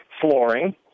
flooring